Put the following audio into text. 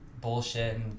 bullshit